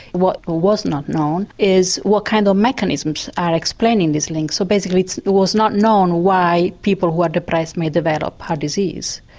what what was not known is what kind of mechanisms are explaining this link so basically it was not known why people who were depressed may develop heart disease.